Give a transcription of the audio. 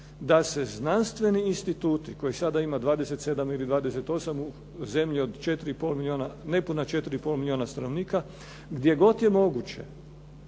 da se znanstveni instituti, kojih sada ima 27 ili 28 u zemlji od 4 i pol milijona, nepuna 4 i pol milijona stanovnika, gdje god je moguće